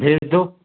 भेज दो